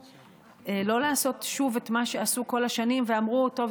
לא לעשות שוב את מה שעשו כל השנים ואמרו: טוב,